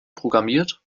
programmiert